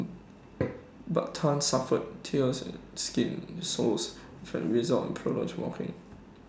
but Tan suffered tears skin soles as A result of the prolonged walking